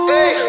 Hey